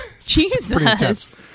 Jesus